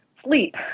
sleep